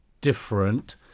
different